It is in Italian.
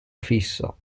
fisso